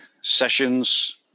sessions